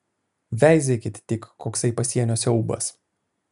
veizėkit tik koksai pasienio siaubas